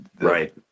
Right